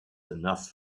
enough